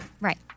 Right